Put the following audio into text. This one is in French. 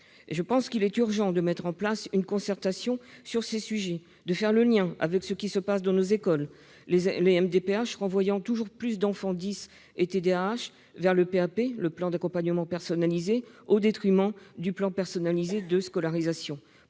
Il me paraît urgent de mettre en place une concertation sur ces sujets et de faire le lien avec ce qui se passe dans nos écoles, les MDPH renvoyant toujours plus d'enfants « dys » et TDAH vers le plan d'accompagnement personnalisé, le PAP, au détriment du plan personnalisé de scolarisation,